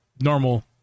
normal